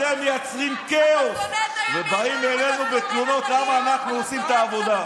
אתם מייצרים כאוס ובאים אלינו בתלונות למה אנחנו עושים את העבודה.